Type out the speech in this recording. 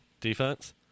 defense